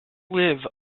live